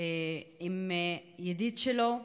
עם ידיד שלו.